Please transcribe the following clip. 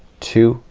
two,